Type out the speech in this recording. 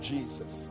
Jesus